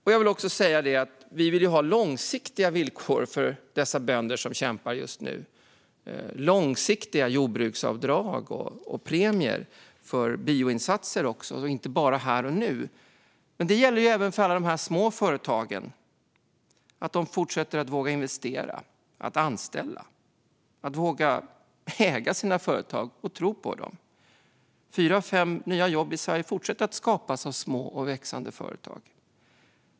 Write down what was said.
Vi vill också ha långsiktiga villkor för dessa bönder som kämpar just nu, långsiktiga jordbruksavdrag och premier för bioinsatser inte bara här och nu. Det gäller även för alla de små företagen så att de vågar fortsätta att investera, vågar anställa och vågar äga sina företag och tro på dem. Fyra av fem nya jobb i Sverige skapas fortsatt av små och växande företag.